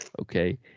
okay